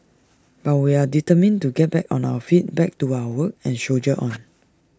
but we are determined to get back on our feet back to our work and soldier on